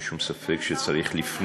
אין שום ספק שצריך לפנות,